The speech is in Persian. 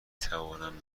توانم